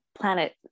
planet